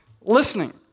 listening